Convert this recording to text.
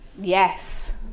Yes